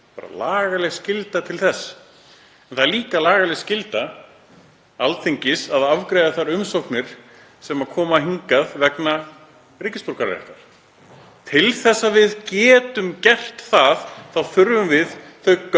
bara lagaleg skylda til þess. Það er líka lagaleg skylda Alþingis að afgreiða þær umsóknir sem koma hingað vegna ríkisborgararéttar. Til þess að við getum gert það þurfum við þau gögn